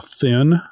thin